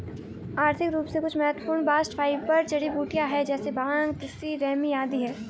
आर्थिक रूप से कुछ महत्वपूर्ण बास्ट फाइबर जड़ीबूटियां है जैसे भांग, तिसी, रेमी आदि है